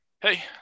hey